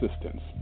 assistance